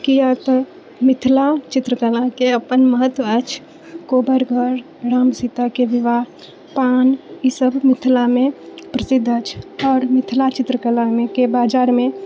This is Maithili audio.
किए तऽ मिथिला चित्रकलाके अपन महत्व अछि कोबर घर राम सीताके विवाह पान ई सब मिथिलामे प्रसिद्ध अछि आओर मिथिला चित्रकलामेके बाजारमे